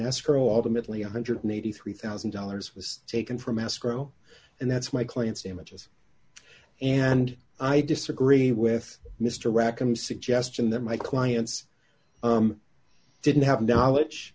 escrow ultimately one hundred and eighty three thousand dollars was taken from astro and that's my client's images and i disagree with mr rakim suggestion that my clients didn't have knowledge